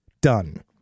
done